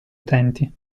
utenti